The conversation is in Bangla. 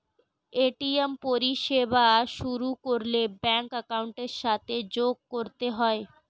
এ.টি.এম পরিষেবা শুরু করলে ব্যাঙ্ক অ্যাকাউন্টের সাথে যোগ করতে হয়